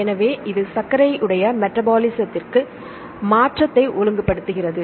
எனவே இது சர்க்கரை உடைய மெட்டபாலிசத்திற்கு மாற்றத்தை ஒழுங்குபடுத்துகிறது